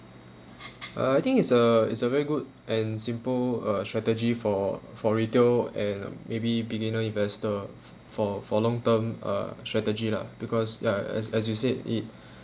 uh I think it's a it's a very good and simple uh strategy for for ratio and um maybe beginner investor f~ for for long term uh strategy lah because ya as as you said it